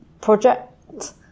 Project